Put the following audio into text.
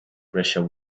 pressure